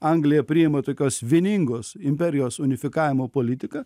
anglija priima tokios vieningos imperijos unifikavimo politiką